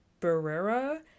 barrera